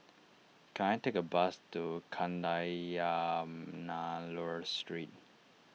can I take a bus to Kadayanallur Street